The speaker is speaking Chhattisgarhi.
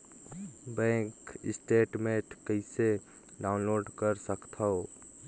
बैंक स्टेटमेंट कइसे डाउनलोड कर सकथव?